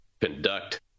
conduct